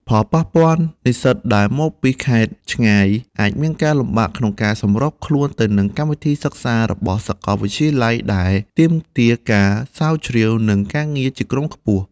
ផលប៉ះពាល់និស្សិតដែលមកពីខេត្តឆ្ងាយអាចមានការលំបាកក្នុងការសម្របខ្លួនទៅនឹងកម្មវិធីសិក្សារបស់សាកលវិទ្យាល័យដែលទាមទារការស្រាវជ្រាវ និងការងារជាក្រុមខ្ពស់។